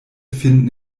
finden